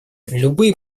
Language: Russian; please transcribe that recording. любые